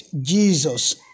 Jesus